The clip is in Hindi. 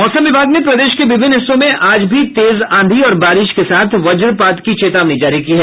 मौसम विभाग ने प्रदेश के विभिन्न हिस्सों में आज भी तेज आंधी और बारिश के साथ वज्रपात की चेतावनी जारी की है